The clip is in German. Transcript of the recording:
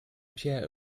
peer